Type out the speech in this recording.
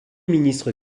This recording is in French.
ministre